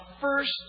first